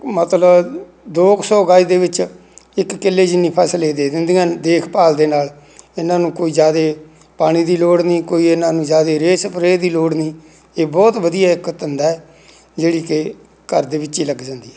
ਮਤਲਬ ਦੋ ਕੁ ਸੌ ਗਜ ਦੇ ਵਿੱਚ ਇੱਕ ਕਿੱਲੇ ਜਿੰਨੀ ਫ਼ਸਲ ਇਹ ਦੇ ਦਿੰਦੀਆਂ ਦੇਖਭਾਲ ਦੇ ਨਾਲ ਇਹਨਾਂ ਨੂੰ ਕੋਈ ਜ਼ਿਆਦਾ ਪਾਣੀ ਦੀ ਲੋੜ ਨਹੀਂ ਕੋਈ ਇਹਨਾਂ ਨੂੰ ਜ਼ਿਆਦਾ ਰੇਹ ਸਪਰੇ ਦੀ ਲੋੜ ਨਹੀਂ ਇਹ ਬਹੁਤ ਵਧੀਆ ਇੱਕ ਧੰਦਾ ਹੈ ਜਿਹੜੀ ਕਿ ਘਰ ਦੇ ਵਿੱਚ ਹੀ ਲੱਗ ਜਾਂਦੀ ਹੈ